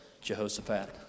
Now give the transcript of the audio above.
Jehoshaphat